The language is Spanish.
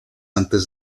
antes